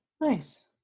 Nice